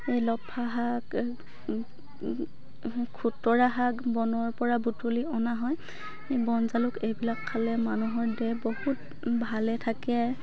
লফা শাক খুতৰা শাক বনৰ পৰা বুটলি অনা হয় বন জালুক এইবিলাক খালে মানুহৰ দেহ বহুত ভালে থাকে